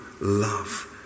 love